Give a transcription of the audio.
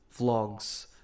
vlogs